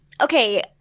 Okay